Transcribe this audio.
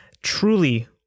truly